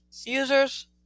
users